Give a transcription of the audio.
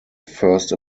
first